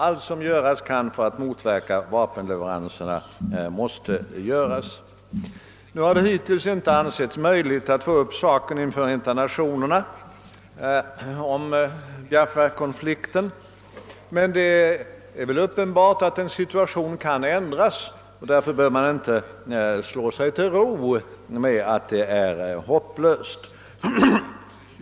Allt som göras kan för att motverka vapenleveranserna måste göras. Hittills har det inte ansetts möjligt att föra upp Biafrakonflikten inför Förenta Nationerna, men det är väl uppenbart att en situation kan ändras, och därför bör man inte slå sig till ro med att den är hopplös.